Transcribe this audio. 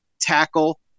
tackle